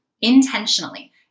intentionally